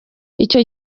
icyo